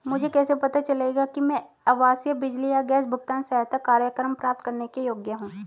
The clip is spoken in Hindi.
मुझे कैसे पता चलेगा कि मैं आवासीय बिजली या गैस भुगतान सहायता कार्यक्रम प्राप्त करने के योग्य हूँ?